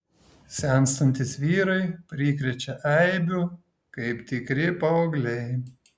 senstantys vyrai prikrečia eibių kaip tikri paaugliai